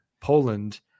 Poland